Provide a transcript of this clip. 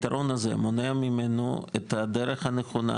הפתרון הזה מונע ממנו את הדרך הנכונה,